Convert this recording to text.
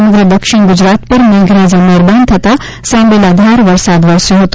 સમગ્ર દક્ષિણ ગુજરાત પર મેઘરાજા મહેરબાન થતાં સાંબેલાધાર વરસાદ વરસ્યો હતો